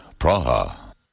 Praha